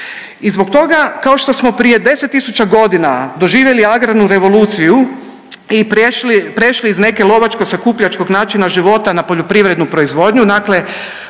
I zbog toga kao što smo prije 10 000 godina doživjeli agrarnu revoluciju i prešli iz neke lovačko-sakupljačkog načina života na poljoprivrednu proizvodnju,